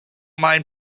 mind